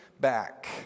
back